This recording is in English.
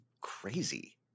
crazy